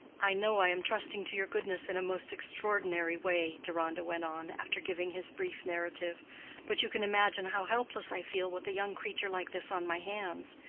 i know i am trusting to your goodness in a most extraordinary way, deronda went on, after giving his brief narrative but you can imagine how helpless i feel with a young creature like this on my hands.